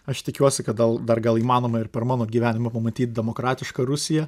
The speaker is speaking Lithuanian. aš tikiuosi kad dal dar gal įmanoma ir per mano gyvenimą pamatyt demokratišką rusiją